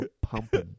pumping